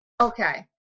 okay